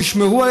תשמרו,